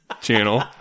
channel